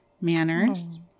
manners